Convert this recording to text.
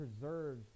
preserves